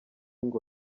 ngo